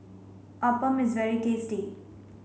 Appam is very tasty